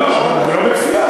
לא בכפייה.